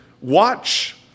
watch